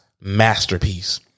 masterpiece